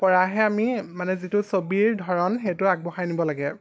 পৰাহে আমি মানে যিটো ছবিৰ ধৰণ সেইটো আগবঢ়াই নিব লাগে